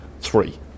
three